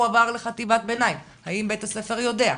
הוא עבר לחטיבת הביניים האם בית הספר יודע?